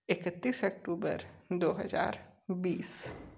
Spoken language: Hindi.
इकतीस अक्टूबर दो हजार बीस